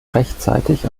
rechtzeitig